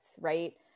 right